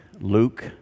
Luke